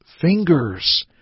fingers